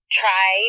try